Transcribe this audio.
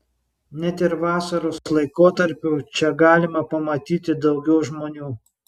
net ir vasaros laikotarpiu čia galima pamatyti daugiau žmonių